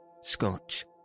Scotch